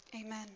Amen